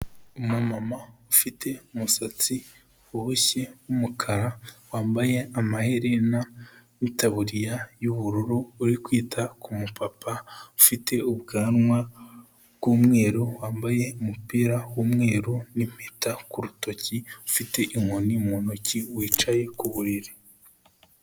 Umumama ufite umusatsi woboshye w'umukara, wambaye amahere n'itaburiya y'ubururu uri kwita ku mupapa ufite ubwanwa bw'umweru, wambaye umupira w'umweru n'impeta ku rutoki, ufite inkoni mu ntoki, wicaye ku buriri.